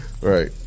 Right